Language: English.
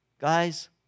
Guys